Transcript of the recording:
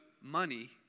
money